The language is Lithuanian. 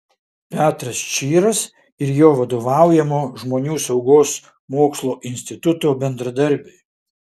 petras čyras ir jo vadovaujamo žmonių saugos mokslo instituto bendradarbiai